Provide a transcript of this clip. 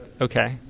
Okay